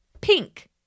pink